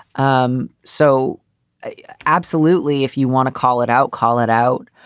um so absolutely. if you want to call it out, call it out.